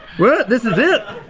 what, this is it?